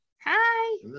Hi